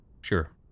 sure